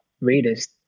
readers